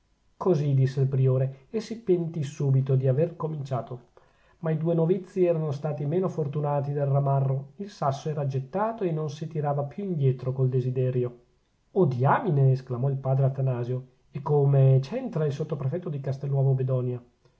così disse il priore e si pentì subito di aver cominciato ma i due novizi erano stati meno fortunati del ramarro il sasso era gettato e non si tirava più indietro col desiderio oh diamine esclamò il padre atanasio e come c'entra il sottoprefetto di castelnuovo bedonia